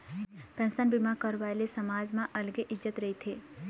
pension बीमा करवाए ले समाज म अलगे इज्जत रहिथे